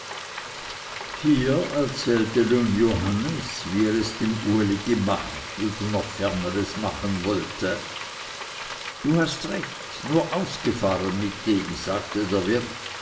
hier erzählte nun johannes wie er es dem uli gemacht und noch ferner es machen wolle du hast recht nur ausgefahren mit dem sagte der wirt